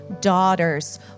daughters